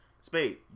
Spade